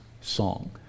song